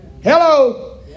Hello